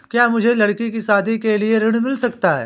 क्या मुझे लडकी की शादी के लिए ऋण मिल सकता है?